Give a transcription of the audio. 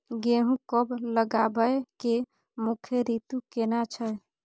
गेहूं कब लगाबै के मुख्य रीतु केना छै?